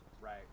Right